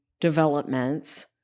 developments